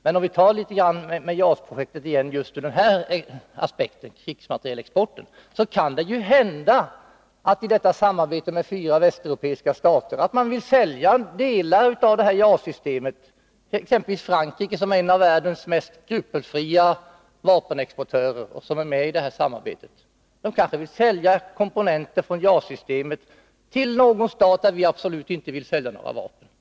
Men om vi tittar litet grand på JAS-projektet ur den här aspekten, alltså med tanke på krigsmaterielexporten, och beaktar att projektet skall genomföras i samarbete med fyra väststater, så får vi väl räkna med att någon av dessa stater, exempelvis Frankrike, som är en av världens mest skrupelfria vapenexportörer, kanske vill sälja delar av eller komponenter i JAS-systemet till någon stat som vi absolut inte vill sälja några vapen till.